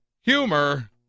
humor